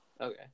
Okay